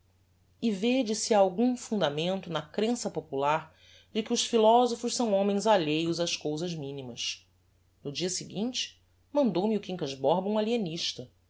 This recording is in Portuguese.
e vêde se ha algum fundamento na crença popular de que os philosophos são homens alheios ás cousas minimas no dia seguinte mandou-me o quincas borba um